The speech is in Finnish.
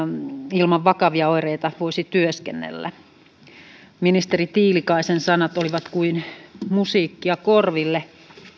ilman vakavia oireita voisi työskennellä ministeri tiilikaisen sanat olivat kuin musiikkia korville